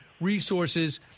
resources